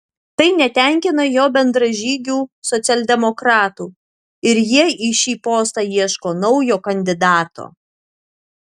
tai netenkina jo bendražygių socialdemokratų ir jie į šį postą ieško naujo kandidato